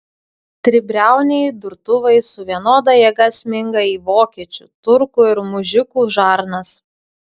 tribriauniai durtuvai su vienoda jėga sminga į vokiečių turkų ir mužikų žarnas